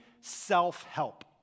self-help